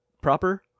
proper